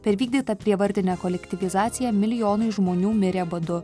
per vykdytą prievartinę kolektyvizaciją milijonai žmonių mirė badu